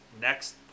next